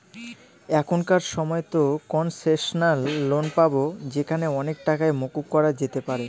এখনকার সময়তো concessional loan পাবো যেখানে অনেক টাকাই মকুব করা যেতে পারে